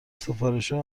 سفارشها